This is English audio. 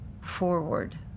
forward